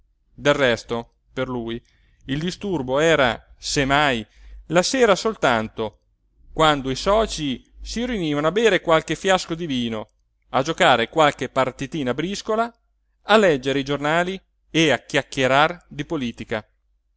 del resto per lui il disturbo era se mai la sera soltanto quando i socii si riunivano a bere qualche fiasco di vino a giocare qualche partitina a briscola a leggere i giornali e a chiacchierar di politica